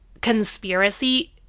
conspiracy